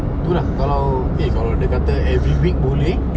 tu lah kalau eh kalau dia kata every week boleh